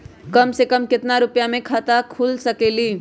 कम से कम केतना रुपया में खाता खुल सकेली?